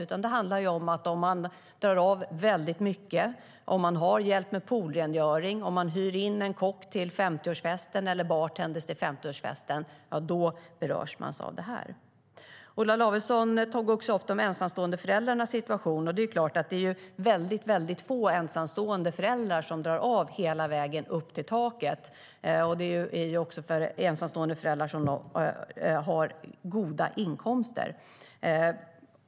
Det handlar om personer drar av väldigt mycket - om man har hjälp med poolrengöring, hyr in en kock eller en bartender till 50-årsfesten berörs man av det här. Olof Lavesson tog också upp de ensamstående föräldrarnas situation. Det är väldigt få ensamstående föräldrar som drar av ända upp till taket. Det är också färre ensamstående föräldrar som har goda inkomster.